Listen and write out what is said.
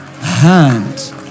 hand